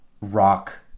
rock